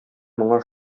моңа